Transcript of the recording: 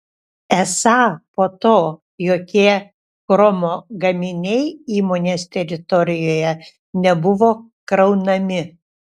esą po to jokie chromo gaminiai įmonės teritorijoje nebuvo kraunami